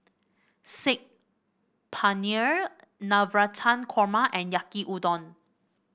Saag Paneer Navratan Korma and Yaki Udon